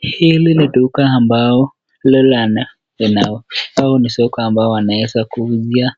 Hili ni duka ambao lilolala au ni soko wanaweza kuuzia